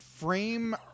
Frame